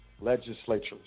Legislatures